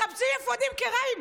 מחפשים אפודים קרמיים.